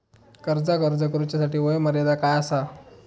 कर्जाक अर्ज करुच्यासाठी वयोमर्यादा काय आसा?